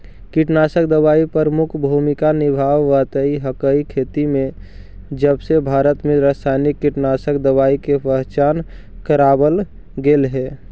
कीटनाशक दवाई प्रमुख भूमिका निभावाईत हई खेती में जबसे भारत में रसायनिक कीटनाशक दवाई के पहचान करावल गयल हे